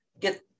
get